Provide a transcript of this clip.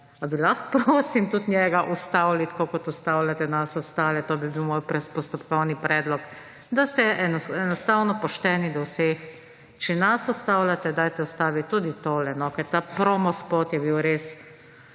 Ali bi lahko, prosim, tudi njega ustavili, tako kot ustavljate nas ostale? To bi bil moj postopkovni predlog, da ste enostavno pošteni do vseh. Če nas ustavljate, ustavite tudi tole. Ker ta promospot je bil res